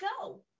go